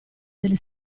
delle